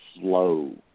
slow